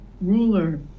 ruler